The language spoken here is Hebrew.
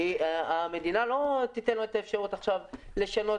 המדינה לא תיתן לו את האפשרות לשנות